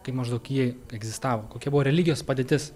kaip maždaug ji egzistavo kokia buvo religijos padėtis